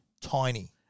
Tiny